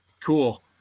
Cool